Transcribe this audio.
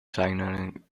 signaling